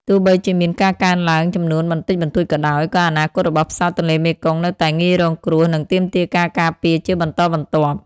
ទោះបីជាមានការកើនឡើងចំនួនបន្តិចបន្តួចក៏ដោយ ក៏អនាគតរបស់ផ្សោតទន្លេមេគង្គនៅតែងាយរងគ្រោះ និងទាមទារការការពារជាបន្តបន្ទាប់។